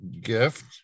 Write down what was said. gift